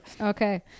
Okay